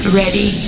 ready